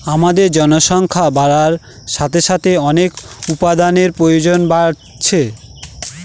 আমাদের জনসংখ্যা বাড়ার সাথে সাথে অনেক উপাদানের প্রয়োজন বাড়ছে